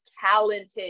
talented